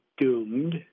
doomed